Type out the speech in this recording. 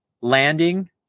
landing